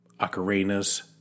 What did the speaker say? Ocarinas